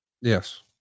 yes